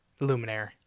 luminaire